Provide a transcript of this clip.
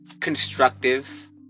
constructive